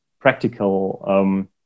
practical